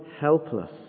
helpless